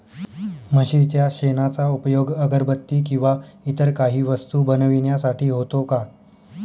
म्हशीच्या शेणाचा उपयोग अगरबत्ती किंवा इतर काही वस्तू बनविण्यासाठी होतो का?